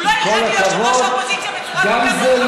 הוא לא ילעג ליושב-ראש האופוזיציה בצורה כל כך,